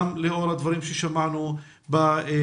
גם לאור הדברים ששמענו בדיון.